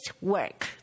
work